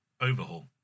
Overhaul